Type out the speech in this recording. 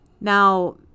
Now